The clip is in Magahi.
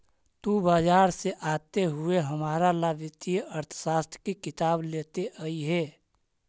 तु बाजार से आते हुए हमारा ला वित्तीय अर्थशास्त्र की किताब लेते अइहे